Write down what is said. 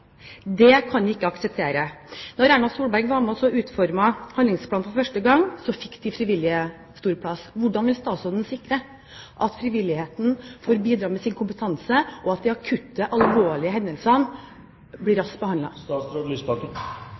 Det kan vi ikke akseptere. Da Erna Solberg var med på å utforme handlingsplanen for første gang, fikk de frivillige stor plass. Hvordan vil statsråden sikre at frivilligheten får bidra med sin kompetanse og at de akutte, alvorlige hendelsene blir raskt